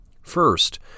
First